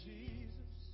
Jesus